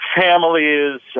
families